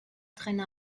traîna